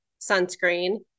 sunscreen